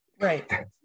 right